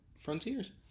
frontiers